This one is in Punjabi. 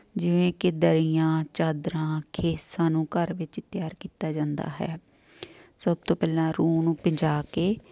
ਜਿਵੇਂ ਕਿ ਦਰੀਆਂ ਚਾਦਰਾਂ ਖੇਸਾਂ ਨੂੰ ਘਰ ਵਿੱਚ ਤਿਆਰ ਕੀਤਾ ਜਾਂਦਾ ਹੈ ਸਭ ਤੋਂ ਪਹਿਲਾਂ ਰੂੰ ਨੂੰ ਪਿੰਜਾ ਕੇ